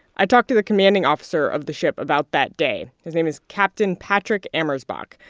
i talked to the commanding officer of the ship about that day. his name is captain patrick amersbach.